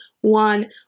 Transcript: one